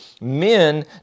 men